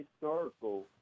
historical